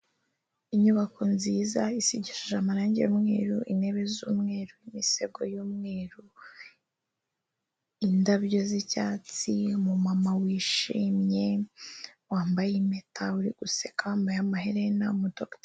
Inyubako nziza isigishije amarangi y'umweru, intebe z'umweru, imisego y'umweru, indabyo z'icyatsi, umumama wishimye, wambaye impeta, uri guseka, wambaye amaherena, umudogiteri.